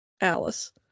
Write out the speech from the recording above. Alice